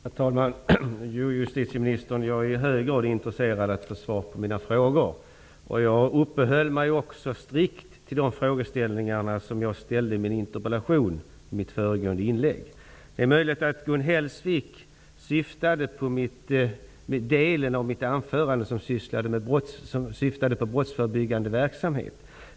Herr talman! Jo, justitieministern, jag är i hög grad intresserad av att få svar på mina frågor. Jag uppehöll mig i mitt föregående inlägg strikt vid de frågeställningar jag hade i min interpellation. Det är möjligt att Gun Hellsvik syftade på den del av mitt anförande som gällde brottsförebyggande verksamhet.